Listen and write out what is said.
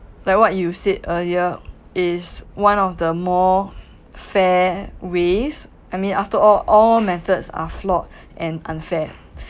like what you said earlier is one of the more fair ways I mean after all all methods are flawed and unfair